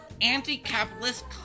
anti-capitalist